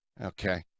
Okay